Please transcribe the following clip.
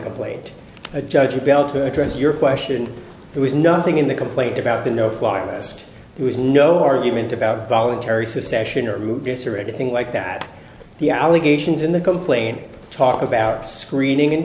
complaint a judge would be able to address your question there was nothing in the complaint about the no fly list there was no argument about voluntary secession or move yes or anything like that the allegations in the complaint talk about screening and